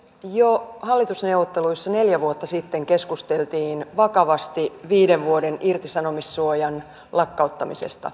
jo hallitusneuvotteluissa neljä vuotta sitten keskusteltiin vakavasti viiden vuoden irtisanomissuojan lakkauttamisesta